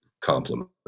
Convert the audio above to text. compliment